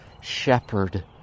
shepherd